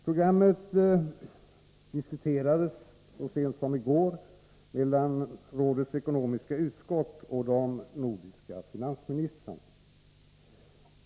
Programmet diskuterades så sent som i går av rådets ekonomiska utskott och de nordiska finansministrarna.